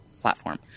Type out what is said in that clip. platform